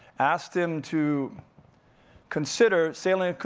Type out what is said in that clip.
asked him to consider sailing a